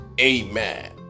amen